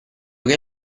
che